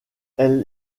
elle